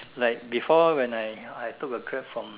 like before when I I took a Grab from